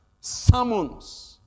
summons